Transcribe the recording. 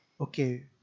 Okay